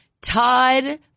Todd